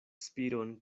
spiron